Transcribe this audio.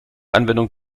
anwendung